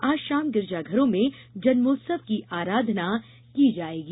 आज शाम गिरजाघरों में जन्मोत्सव की आराधना की जायेगी